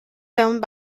filmed